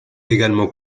également